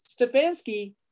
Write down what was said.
Stefanski